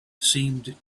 seemed